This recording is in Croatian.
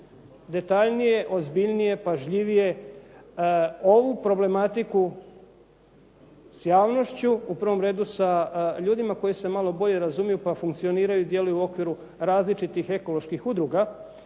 detaljnije, ozbiljnije, pažljivije ovu problematiku s javnošću, u prvom redu sa ljudima koji se malo bolje razumiju, pa funkcioniraju, djeluju u okviru različitih ekoloških udruga